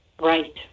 Right